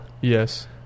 yes